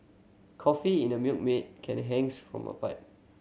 coffee in a Milkmaid can hangs from a pipe